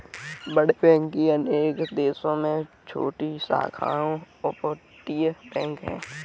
बड़े बैंक की अनेक देशों में छोटी शाखाओं अपतटीय बैंक है